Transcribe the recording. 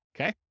Okay